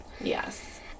Yes